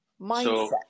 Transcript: mindset